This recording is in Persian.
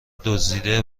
دزدیده